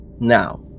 Now